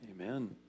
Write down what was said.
Amen